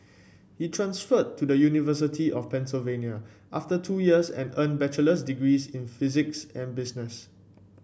he transferred to the University of Pennsylvania after two years and earned bachelor's degrees in physics and business